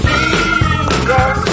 Jesus